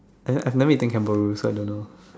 I have I have never eaten kangaroo so I don't know